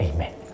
Amen